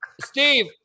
Steve